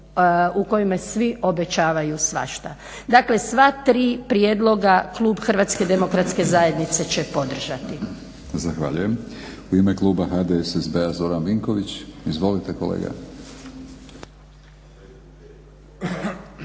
u kojemu svi obećavaju svašta. Dakle sva tri prijedloga klub HDZ-a će podržati. **Batinić, Milorad (HNS)** Zahvaljujem. U ime kluba HDSSB-a Zoran Vinković. Izvolite kolega.